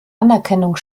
anerkennung